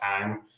time